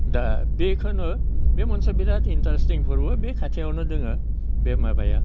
दा बेखोनो बे मोनसे बिराद इन्ट्रेस्टिं फोरबो बे खाथियावनो दोङो बे माबाया